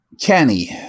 Kenny